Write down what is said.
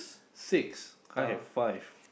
six I have five